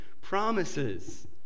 promises